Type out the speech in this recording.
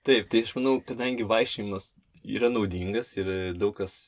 taip tai aš manau kadangi vaikščiojimas yra naudingas ir daug kas